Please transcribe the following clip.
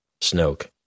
Snoke